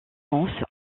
france